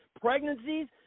pregnancies